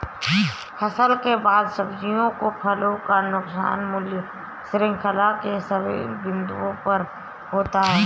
फसल के बाद सब्जियों फलों का नुकसान मूल्य श्रृंखला के सभी बिंदुओं पर होता है